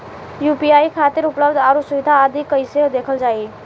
UPI खातिर उपलब्ध आउर सुविधा आदि कइसे देखल जाइ?